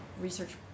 research